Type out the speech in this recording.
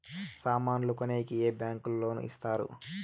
సామాన్లు కొనేకి ఏ బ్యాంకులు లోను ఇస్తారు?